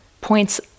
points